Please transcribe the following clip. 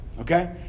okay